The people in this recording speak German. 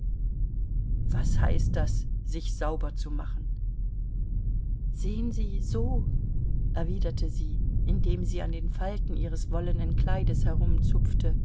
was heißt das sich sauber zu machen sehen sie so erwiderte sie indem sie an den falten ihres wollenen kleides